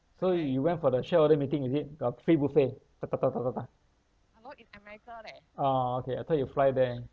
so you went for the shareholder meeting is it got free buffet da da da da da da oh okay I thought you fly there